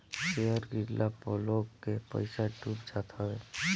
share गिरला पअ लोग के पईसा डूब जात हवे